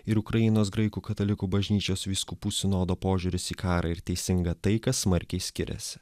ir ukrainos graikų katalikų bažnyčios vyskupų sinodo požiūris į karą ir teisingą taiką smarkiai skiriasi